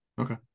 okay